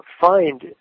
find